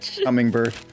hummingbird